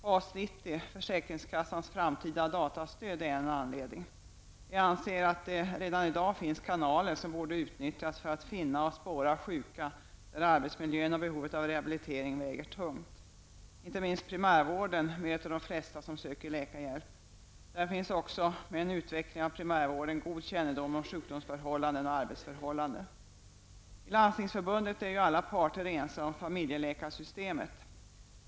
FAS 90, försäkringskassans framtida datastöd, är en anledning. Vi anser att det redan i dag finns kanaler som borde utnyttjas för att finna och spåra sjuka där arbetsmiljön och behovet av rehabilitering väger tungt. Inte minst primärvården möter de flesta som söker läkarhjälp. Med en utveckling av primärvården kommer där också att finnas god kännedom om sjukdomsförhållanden och arbetsförhållanden. I Landstingsförbundet är ju alla partier ense om familjeläkarsystemet.